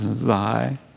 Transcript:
lie